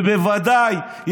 ובוודאי,